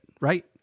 right